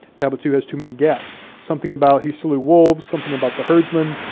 tablet two has too many gaps. something about he slew wolves, something about the herdsman,